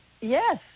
Yes